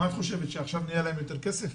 את חושבת שעכשיו יש להם יותר כסף?